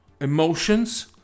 emotions